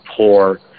poor